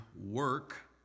work